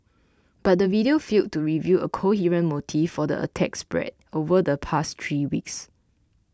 but the video failed to reveal a coherent motive for the attacks spread over the past three weeks